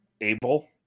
Able